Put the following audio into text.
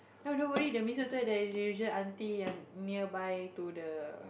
no don't worry the Mee-Soto there's a usual aunty nearby to the